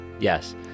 yes